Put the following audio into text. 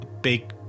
big